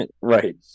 Right